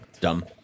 Dumb